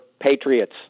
patriots